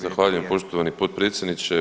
Zahvaljujem poštovani potpredsjedniče.